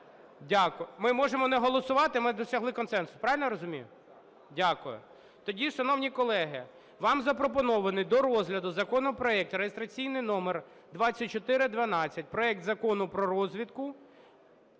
Дякую. Ми можемо не голосувати, ми досягли консенсусу, правильно я розумію? Дякую. Тоді, шановні колеги, вам запропонований до розгляду законопроект, реєстраційний номер 2412 - проект Закону про розвідку.